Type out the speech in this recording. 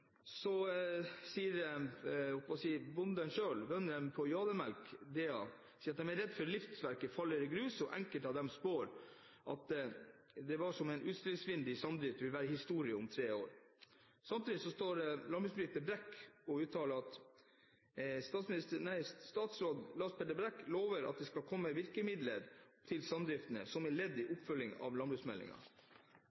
Så sier bonden selv – bøndene på Jådårmelk DA – at de er redde for at livsverket faller i grus, og enkelte av dem spår at det som var et utstillingsvindu for samdrift, vil være historie om tre år. Samtidig står landbruksminister Brekk og lover at «det skal komme virkemidler til samdriftene som ledd i